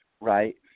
right